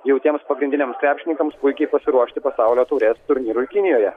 jau tiems pagrindiniams krepšininkams puikiai pasiruošti pasaulio taurės turnyrui kinijoje